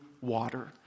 water